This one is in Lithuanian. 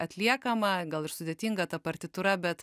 atliekama gal ir sudėtinga ta partitūra bet